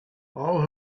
all